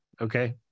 Okay